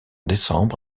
décembre